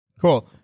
Cool